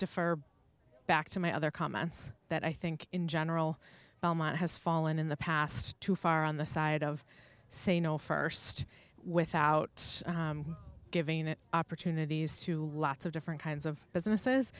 defer back to my other comments that i think in general has fallen in the past too far on the side of say no st without giving it opportunities to lots of different kinds of businesses